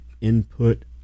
input